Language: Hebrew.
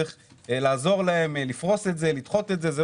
צריך לעזור להם, לפרוס את זה, לדחות את זה.